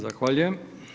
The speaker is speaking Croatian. Zahvaljujem.